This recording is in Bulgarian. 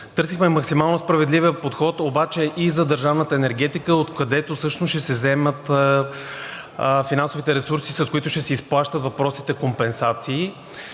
Търсихме максимално справедливия подход обаче и за държавната енергетика, откъдето всъщност ще се вземат финансовите ресурси, с които ще се изплащат въпросните компенсации.